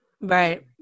Right